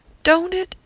don't it?